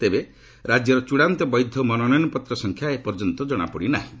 ତେବେ ରାଜ୍ୟର ଚୂଡ଼ାନ୍ତ ବୈଧ ମନୋନୟନପତ୍ର ସଂଖ୍ୟା ଏପର୍ଯ୍ୟନ୍ତ କଣାପଡ଼ି ନାହିଁ